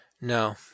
No